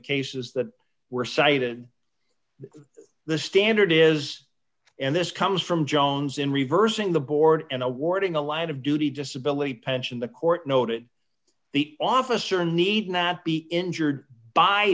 cases that were cited the standard is and this comes from jones in reversing the board and awarding a line of duty just ability pension the court noted the officer need not be injured by